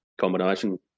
combination